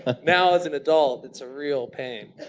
ah now as an adult it's a real pain.